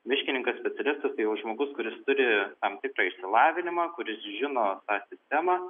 miškininkas specialistas tai jau žmogus kuris turi tam tikrą išsilavinimą kuris žino tą sistemą